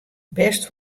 bêst